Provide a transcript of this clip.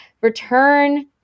Return